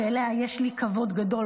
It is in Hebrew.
ואליה יש לי כבוד גדול,